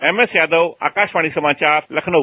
M S Yadav Akashvani समाचार लखनऊ